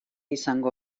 izango